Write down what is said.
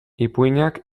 ipuinak